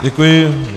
Děkuji.